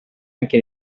anche